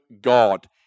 God